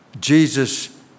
Jesus